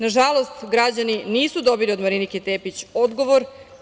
Nažalost, građani nisu dobili od Marinike Tepić odgovor.